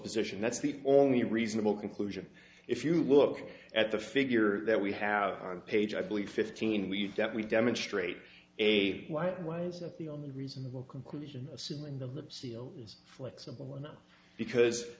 position that's the only reasonable conclusion if you look at the figure that we have on page i believe fifteen we that we demonstrate a white one isn't the only reasonable conclusion assuming the seal is flexible enough because